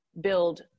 build